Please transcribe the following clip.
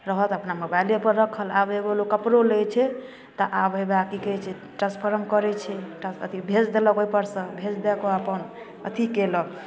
रहत अपना मोबाइले पर रखल आब एगो लोग कपड़ो लै छै तऽ आब हय वा कि कहैत छै ट्रांसफर करै छै टांस अथी भेज देलक ओहि परसँ भेज दै कऽ अपन अथी कयलक